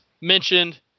mentioned